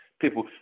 people